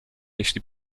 jeśli